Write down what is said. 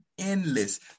endless